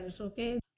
okay